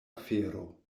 afero